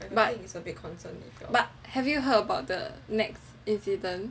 but but have you heard about the NEX incident